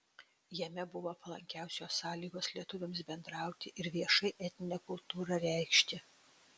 jame buvo palankiausios sąlygos lietuviams bendrauti ir viešai etninę kultūrą reikšti